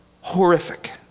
horrific